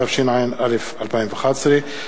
התשע"א 2011,